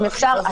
אם אפשר,